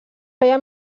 feia